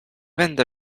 będę